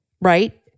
right